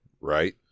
Right